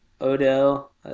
Odell